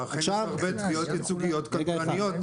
ואכן יש הרבה תביעות ייצוגיות קנטרניות,